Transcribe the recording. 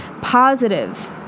positive